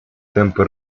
темпы